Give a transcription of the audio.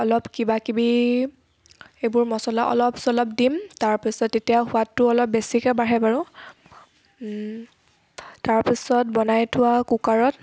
অলপ কিবা কিবি এইবোৰ মচলা অলপ চলপ দিম তাৰপিছত তেতিয়া সোৱাদটো অলপ বেছিকৈ বাঢ়ে বাৰু তাৰপিছত বনাই থোৱা কুকাৰত